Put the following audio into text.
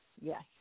Yes